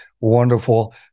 Wonderful